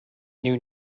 knew